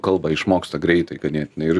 kalbą išmoksta greitai ganėtinai ir